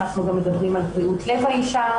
אנחנו גם מדברים על בריאות לב האישה,